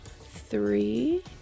three